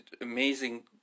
amazing